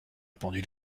pendule